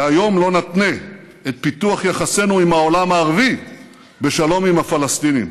והיום לא נתנה את פיתוח יחסינו עם העולם הערבי בשלום עם הפלסטינים.